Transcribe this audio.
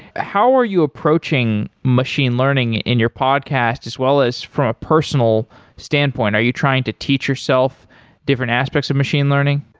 how are you approaching machine learning in your podcast, as well as from a personal standpoint, are you trying to teach yourself different aspects of machine learning?